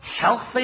healthy